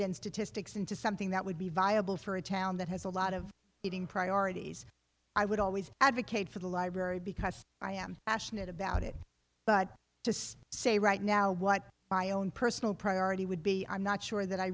and statistics into something that would be viable for a town that has a lot of heating priorities i would always advocate for the library because i am ashmit about it but just say right now what my own personal priority would be i'm not sure that i